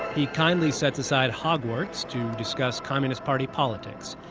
he kindly sets aside hogwarts to discuss communist party politics.